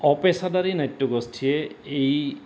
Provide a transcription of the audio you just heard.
অপেচাদাৰী নাট্যগোষ্ঠীয়ে এই